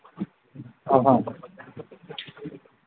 ꯑ ꯑ